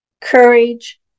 courage